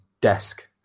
desk